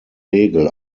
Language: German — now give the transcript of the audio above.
regel